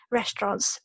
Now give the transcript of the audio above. restaurants